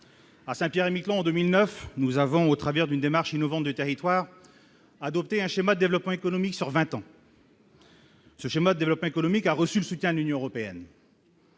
à Saint-Pierre-et-Miquelon, en 2009 nous avons au travers d'une démarche innovante du territoire adopter un schéma développement économique sur 20 ans. Ce schéma, développement économique, a reçu le soutien de l'Union européenne.